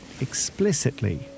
explicitly